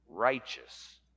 righteous